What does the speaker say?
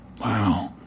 Wow